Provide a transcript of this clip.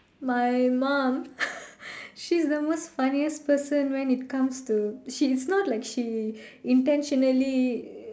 my mum she's the most funniest person when it comes to she is not like she intentionally